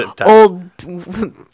old